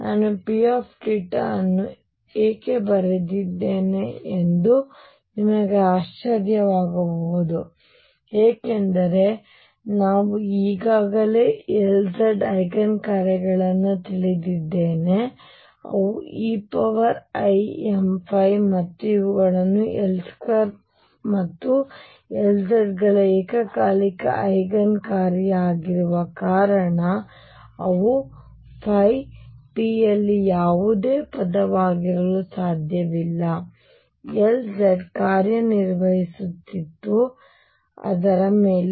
ನಾನು P θ ಅನ್ನು ಏಕೆ ಬರೆದಿದ್ದೇನೆ ಎಂದು ನಿಮಗೆ ಆಶ್ಚರ್ಯವಾಗಬಹುದು ಏಕೆಂದರೆ ನಾನು ಈಗಾಗಲೇ Lz ಐಗನ್ ಕಾರ್ಯಗಳನ್ನು ತಿಳಿದಿದ್ದೇನೆ ಮತ್ತು ಅವು eimϕ ಮತ್ತು ಇವುಗಳು L2 ಮತ್ತು Lz ಗಳ ಏಕಕಾಲಿಕ ಐಗನ್ ಕಾರ್ಯ ಆಗಿರುವ ಕಾರಣ ಅವು P ಯಲ್ಲಿ ಯಾವುದೇ ಪದವಾಗಿರಲು ಸಾಧ್ಯವಿಲ್ಲ Lz ಕಾರ್ಯನಿರ್ವಹಿಸುತ್ತಿತ್ತು ಅದರ ಮೇಲೆ